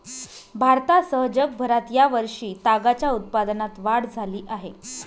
भारतासह जगभरात या वर्षी तागाच्या उत्पादनात वाढ झाली आहे